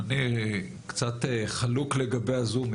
אני קצת חלוק לגבי הזום.